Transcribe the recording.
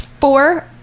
four